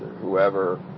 whoever